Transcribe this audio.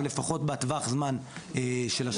אבל לפחות בטווח הזמן של השנים אחורה.